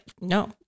no